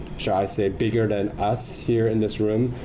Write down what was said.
shall i say, bigger than us here in this room.